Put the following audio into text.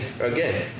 again